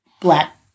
black